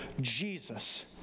Jesus